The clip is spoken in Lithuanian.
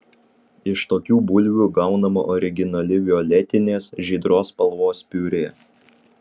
iš tokių bulvių gaunama originali violetinės žydros spalvos piurė